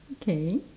okay